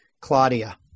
Claudia